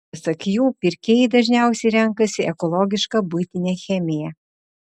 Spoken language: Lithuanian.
pasak jų pirkėjai dažniausiai renkasi ekologišką buitinę chemiją